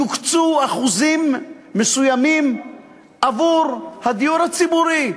יוקצו אחוזים מסוימים עבור הדיור הציבורי.